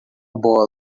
bola